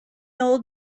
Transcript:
old